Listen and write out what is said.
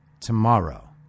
tomorrow